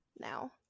now